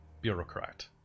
bureaucrat